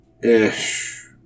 Ish